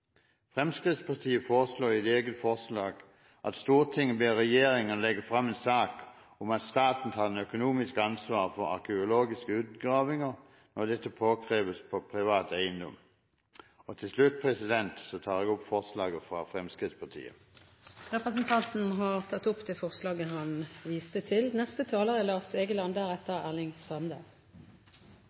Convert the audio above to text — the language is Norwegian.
Fremskrittspartiet har et eget forslag: «Stortinget ber regjeringen om å legge fram en sak om at staten tar det økonomiske ansvaret for arkeologiske utgravinger når dette er påkrevet på privat eiendom.» Jeg tar opp forslaget fra Fremskrittspartiet. Representanten har tatt opp det forslaget han refererte til. Vi tar ikke vare på kulturminner fordi det er